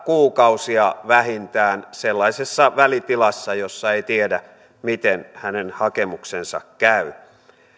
kuukausia vähintään sellaisessa välitilassa jossa ei tiedä miten hänen hakemuksensa käy